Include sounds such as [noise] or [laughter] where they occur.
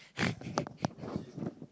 [laughs]